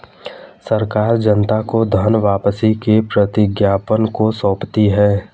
सरकार जनता को धन वापसी के प्रतिज्ञापत्र को सौंपती है